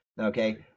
okay